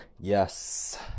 yes